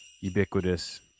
ubiquitous